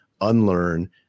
unlearn